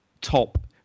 top